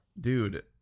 Dude